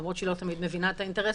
למרות שהיא לא תמיד מבינה את האינטרס